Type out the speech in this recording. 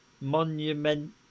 Monument